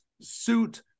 suit